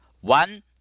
One